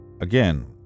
again